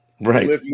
right